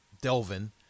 Delvin